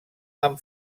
amb